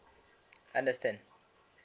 understand